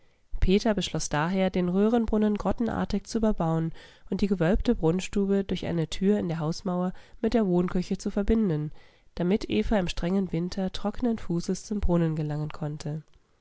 peter beschloß daher den röhrenbrunnen grottenartig zu überbauen und die gewölbte brunnstube durch eine tür in der hausmauer mit der wohnküche zu verbinden damit eva im strengen winter trockenen fußes zum brunnen gelangen konnte